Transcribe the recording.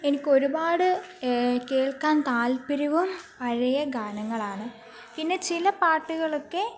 എനിക്ക് ഒരുപാട് കേൾക്കാൻ താല്പര്യവും പഴയ ഗാനങ്ങളാണ് പിന്നെ ചില പാട്ടുകളൊക്കെ